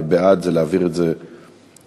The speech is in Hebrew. בעד זה להעביר לדיון